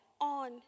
On